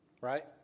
right